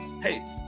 Hey